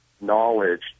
knowledge